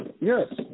Yes